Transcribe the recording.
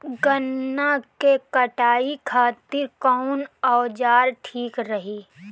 गन्ना के कटाई खातिर कवन औजार ठीक रही?